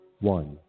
one